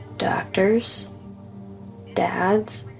doctors dads.